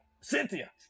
Cynthia